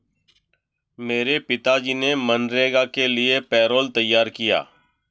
मेरे पिताजी ने मनरेगा के लिए पैरोल तैयार किया